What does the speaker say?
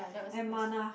and Manna